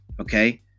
okay